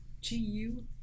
G-U